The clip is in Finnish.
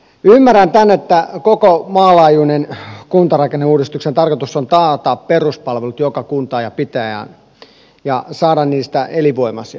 ymmärrän tämän että koko maan laajuisen kuntarakenneuudistuksen tarkoitus on taata peruspalvelut joka kuntaan ja pitäjään ja saada niistä elinvoimaisia